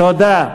תודה.